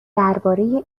درباره